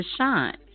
Deshaun